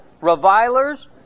revilers